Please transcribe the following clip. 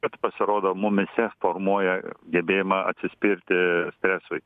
bet pasirodo mumyse formuoja gebėjimą atsispirti e stresui